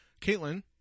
Caitlin